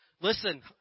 Listen